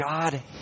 God